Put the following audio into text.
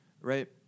right